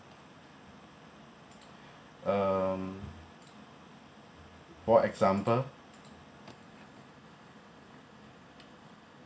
um for example